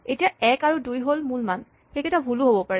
এতিয়া এক আৰু দুই হ'ল মূল মান সেইকেইটা ভুলো হ'ব পাৰে